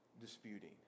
disputing